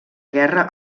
guerra